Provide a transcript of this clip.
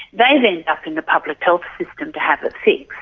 they then end up in the public health system to have it fixed.